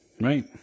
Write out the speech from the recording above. right